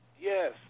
yes